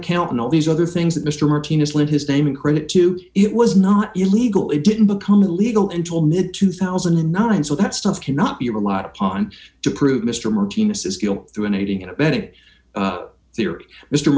account and all these other things that mr martinez lent his name and credit to it was not illegal it didn't become illegal intell mid two thousand and nine so that stuff cannot be relied upon to prove mr martinez has gone through an aiding and abetting theory mr